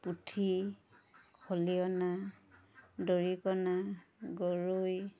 পুঠি খলিহনা দৰিকনা গৰৈ